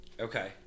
okay